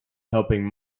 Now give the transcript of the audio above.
helping